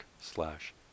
slash